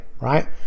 right